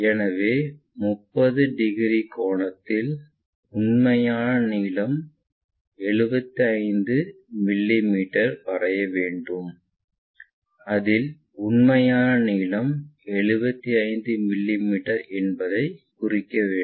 எனவே 30 டிகிரி கோணத்தில் உண்மையான நீளம் 75 மிமீ வரைய வேண்டும் அதில் உண்மையான நீளம் 75 மிமீ என்பதைக் குறிக்க வேண்டும்